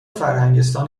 فرهنگستان